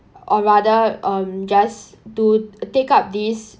or rather um just to take up this